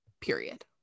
period